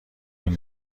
این